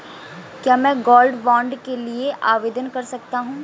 क्या मैं gold bond के लिए आवेदन कर सकता हूं?